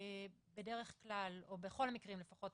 בדרך כלל או בכל המקרים לפחות,